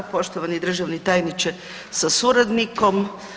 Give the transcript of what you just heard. Poštovani državni tajniče sa suradnikom.